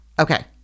okay